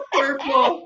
purple